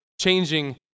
changing